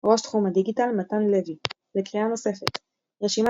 ראש תחום הדיגיטל - מתן לוי לקריאה נוספת רשימת